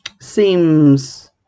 Seems